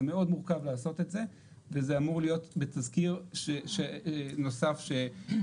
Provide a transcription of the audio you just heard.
זה מורכב מאוד לעשות את זה וזה אמור להיות בתזכיר נוסף שנגיש